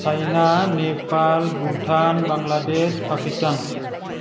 China Nepal Bhutan Bangladesh Pakistan